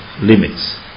limits